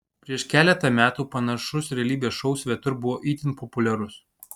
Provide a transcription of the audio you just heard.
prieš keletą metų panašus realybės šou svetur buvo itin populiarus